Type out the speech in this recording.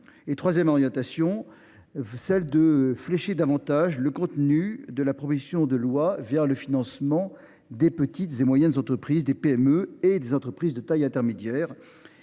nos travaux consiste à flécher davantage le contenu de la proposition de loi vers le financement des petites et moyennes entreprises et des entreprises de taille intermédiaire.